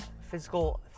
physical